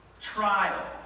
trial